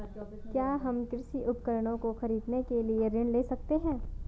क्या हम कृषि उपकरणों को खरीदने के लिए ऋण ले सकते हैं?